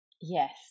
yes